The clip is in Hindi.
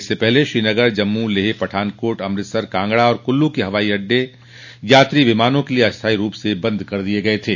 इससे पहले श्रीनगर जम्मू लेह पठानकोट अमृतसर कांगड़ा और कूल्लू के हवाई अड्डे यात्री विमानों के लिए अस्थाई रूप से बंद कर दिये गये थे